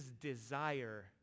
desire